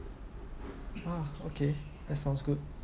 ah okay that sounds good